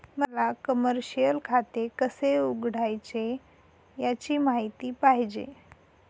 मला कमर्शिअल खाते कसे उघडायचे याची माहिती पाहिजे